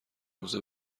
روزه